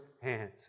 hands